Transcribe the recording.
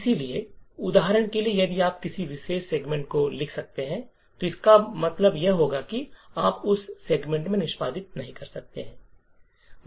इसलिए उदाहरण के लिए यदि आप किसी विशेष सेगमेंट को लिख सकते हैं तो इसका मतलब यह होगा कि आप उस सेगमेंट से निष्पादित नहीं कर सकते हैं